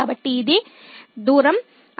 కాబట్టి ఇది దూరం 22